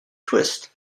twist